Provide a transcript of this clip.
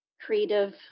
creative